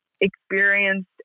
experienced